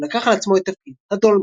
ולקח על עצמו את תפקיד "הדולמייט".